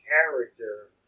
character